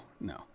no